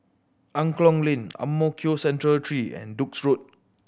Angklong Lane Ang Mo Kio Central Three and Duke's Road